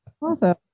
Awesome